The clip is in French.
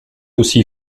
aussi